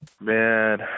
Man